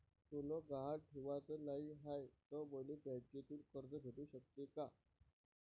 सोनं गहान ठेवाच नाही हाय, त मले बँकेतून कर्ज भेटू शकते का?